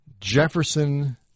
Jefferson